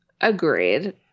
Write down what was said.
Agreed